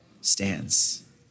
stands